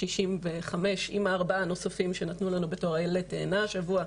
65 עם הארבעה הנוספים שנתנו לנו בתור עלה תאנה השבוע,